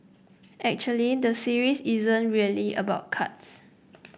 actually the series isn't really about cards